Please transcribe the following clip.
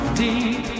deep